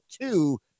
two